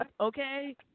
okay